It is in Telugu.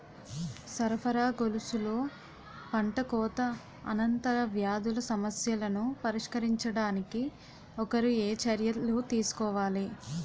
సరఫరా గొలుసులో పంటకోత అనంతర వ్యాధుల సమస్యలను పరిష్కరించడానికి ఒకరు ఏ చర్యలు తీసుకోవాలి?